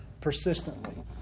persistently